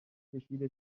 کشیده